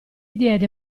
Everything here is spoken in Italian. diede